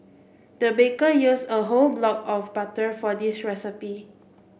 the baker used a whole block of butter for this recipe